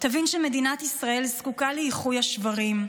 תבין שמדינת ישראל זקוקה לאיחוי השברים,